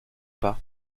pas